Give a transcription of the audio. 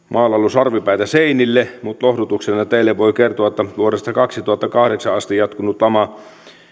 sarvipäitä seinille mutta lohdutuksena teille voin kertoa että vuodesta kaksituhattakahdeksan asti jatkunut lama